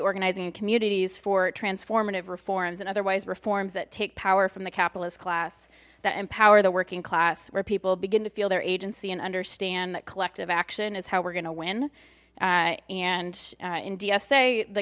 organizing communities for transformative reforms and other wise reforms that take power from the capitalist class that empower the working class where people begin to feel their agency and understand that collective action is how we're gonna win and in dsa the